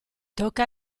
tocca